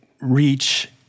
reach